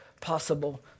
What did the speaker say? possible